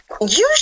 Usually